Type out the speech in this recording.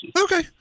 Okay